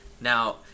Now